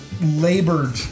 labored